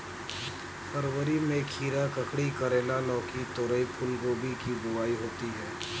फरवरी में खीरा, ककड़ी, करेला, लौकी, तोरई, फूलगोभी की बुआई होती है